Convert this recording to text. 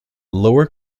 lower